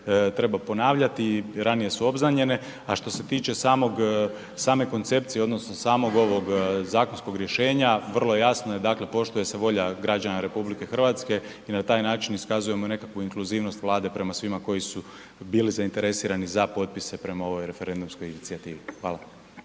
treba ponavljati, ranije su obznanjene. A što se tiče same koncepcije odnosno samog ovog zakonskog rješenja, vrlo je jasno, dakle poštuje se volja građana RH i na taj način iskazujemo nekakvu inkluzivnost Vlade prema svima koji su bili zainteresirani za potpise prema ovoj referendumskoj inicijativi. Hvala.